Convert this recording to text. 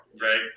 right